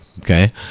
Okay